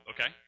okay